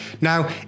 Now